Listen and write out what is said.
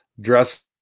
dress